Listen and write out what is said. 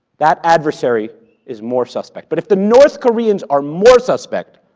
that adversary is more suspect, but if the north koreans are more suspect,